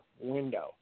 window